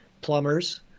plumbers